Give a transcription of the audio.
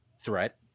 threat